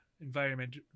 environment